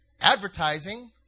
Advertising